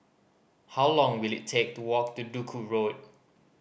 how long will it take to walk to Duku Road